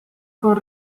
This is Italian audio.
con